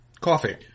Coffee